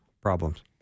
problems